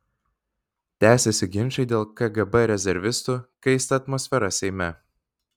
tęsiasi ginčai dėl kgb rezervistų kaista atmosfera seime